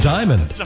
Diamond